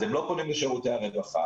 אז הם לא פונים לשירותי הרווחה,